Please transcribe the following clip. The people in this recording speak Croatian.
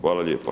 Hvala lijepa.